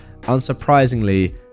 unsurprisingly